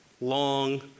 long